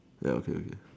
ya okay okay